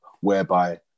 whereby